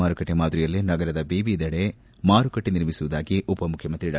ಮಾರುಕಟ್ಟೆ ಮಾದರಿಯಲ್ಲೇ ನಗರದ ವಿವಿಧೆಡೆ ಮಾರುಕಟ್ಟೆ ನಿರ್ಮಿಸುವುದಾಗಿ ಉಪಮುಖ್ಯಮಂತ್ರಿ ಡಾ